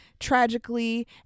tragically